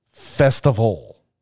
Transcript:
festival